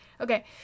okay